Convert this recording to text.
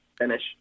finish